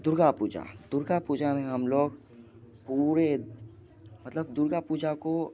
दुर्गा पूजा दुर्गा पूजा में हम लोग पूरे मतलब दुर्गा पूजा को